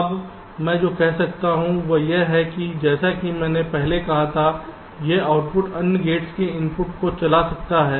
अब मैं जो कह रहा हूं वह यह है कि जैसा कि मैंने पहले कहा था कि यह आउटपुट अन्य गेट्स के इनपुट को चला सकता है